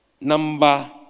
number